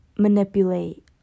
manipulate